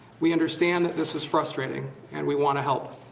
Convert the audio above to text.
we understand that this is frustrating and we wanna help.